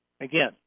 again